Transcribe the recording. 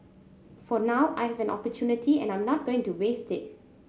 for now I have an opportunity and I'm not going to waste it